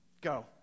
Go